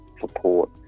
support